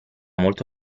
molto